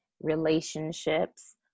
relationships